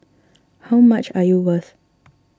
how much are you worth